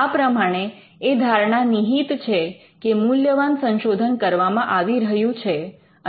આ પ્રમાણે એ ધારણા નિહીત છે કે મૂલ્યવાન સંશોધન કરવામાં આવી રહ્યું છે